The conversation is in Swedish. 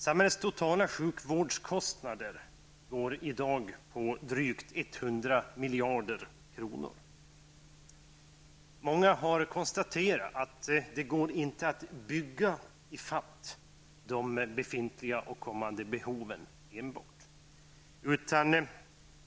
Samhällets totala sjukvårdskostnader är i dag drygt Många har konstaterat att det inte går att bygga ifatt de befintliga och uppkommande behoven.